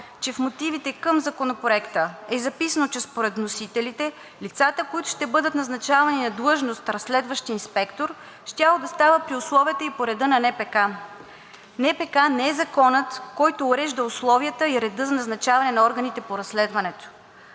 че в мотивите към Законопроекта е записано, че според вносителите лицата, които ще бъдат назначавани на длъжност „разследващ инспектор“ щяло да става при условията и по реда на НПК. НПК не е Законът, който урежда условията и реда за назначаване на органите по разследването.